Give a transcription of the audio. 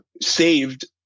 saved